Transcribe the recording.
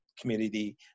community